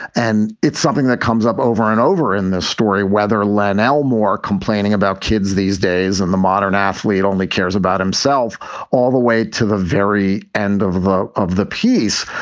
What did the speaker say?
and it's something that comes up over and over in this story, whether len elmore complaining about kids these days and the modern athlete only cares about himself all the way to the very end of of the piece,